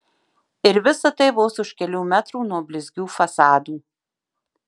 ir visa tai vos už kelių metrų nuo blizgių fasadų